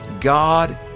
God